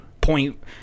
point